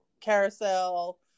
Carousel